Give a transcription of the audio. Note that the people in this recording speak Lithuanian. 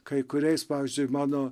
kai kuriais pavyzdžiui mano